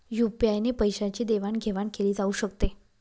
UPI ने पैशांची देवाणघेवाण केली जाऊ शकते